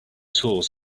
tools